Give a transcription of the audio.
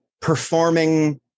performing